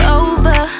over